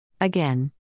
Again